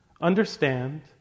Understand